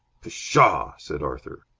pshaw! said arthur.